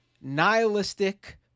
nihilistic